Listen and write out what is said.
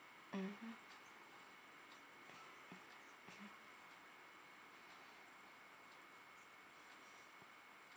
mmhmm